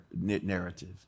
narrative